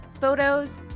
photos